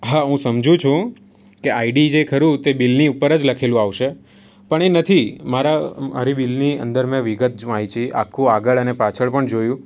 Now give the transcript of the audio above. હા હું સમજુ છું કે આઈડી જે ખરું તે બિલની ઉપર જ લખેલું આવશે પણ એ નથી મારા મારી બિલની અંદર મેં વિગત વાંચી આખું આગળ અને પાછળ પણ જોયું